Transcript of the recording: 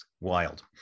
Wild